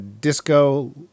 Disco